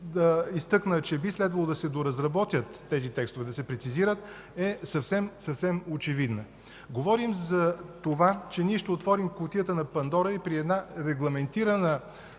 би следвало тези текстове да се доразработят, да се прецизират, е съвсем, съвсем очевидна. Говорим за това, че ние ще отворим кутията на Пандора и при една регламентирана